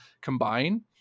combine